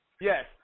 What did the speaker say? Yes